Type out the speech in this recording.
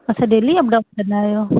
अच्छा daily up down कंदा अहियो